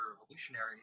revolutionary